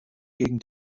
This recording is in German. gegen